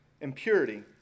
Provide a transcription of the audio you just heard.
impurity